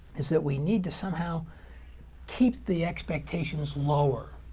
is that we need to somehow keep the expectations lower.